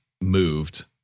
moved